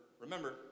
remember